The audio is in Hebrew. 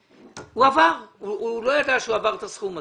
הוא לא ידע שהוא עבר את הסכום הזה.